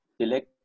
select